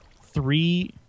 three